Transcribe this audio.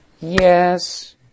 yes